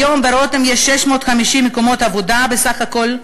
היום ב"רותם" יש 650 מקומות עבודה בסך הכול,